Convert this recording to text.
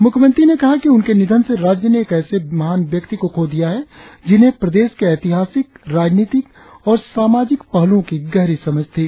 मुख्यंमत्री ने कहा है कि उनके निधन से राज्य ने एक ऐसे महान व्यक्ति को खो दिया है जिन्हे प्रदेश के ऐतिहासिक राजनीतिक और सामाजिक पहलुओ की गहरी समझ थी